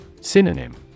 Synonym